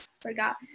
forgot